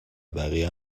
بقیه